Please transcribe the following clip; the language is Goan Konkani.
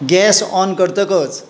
गॅस ऑन करतकच